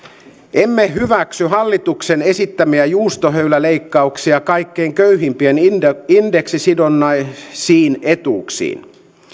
emme hyväksy hallituksen esittämiä juustohöyläleikkauksia kaikkein köyhimpien indeksisidonnaisiin etuuksiin